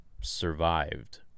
survived